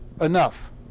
enough